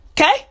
Okay